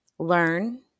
learn